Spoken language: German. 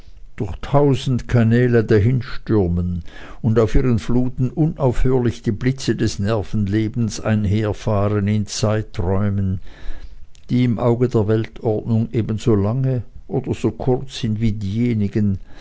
durch tausend kanäle dahin stürmen und auf ihren fluten unaufhörlich die blitze des nervenlebens einherfahren in zeiträumen die im auge der weltordnung ebenso lange oder so kurz sind wie diejenigen